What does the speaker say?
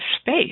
space